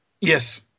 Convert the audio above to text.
Yes